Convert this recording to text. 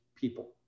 people